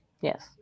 yes